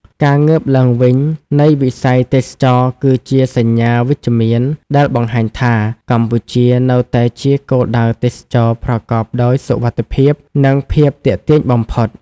ការងើបឡើងវិញនៃវិស័យទេសចរណ៍គឺជាសញ្ញាវិជ្ជមានដែលបង្ហាញថា កម្ពុជានៅតែជាគោលដៅទេសចរណ៍ប្រកបដោយសុវត្ថិភាព និងភាពទាក់ទាញបំផុត។